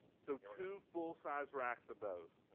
so two full sized racks of those.